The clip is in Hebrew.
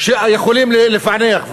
שיכולים לפענח.